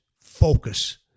focus